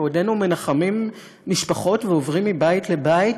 בעודנו מנחמים משפחות ועוברים מבית לבית,